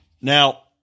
Now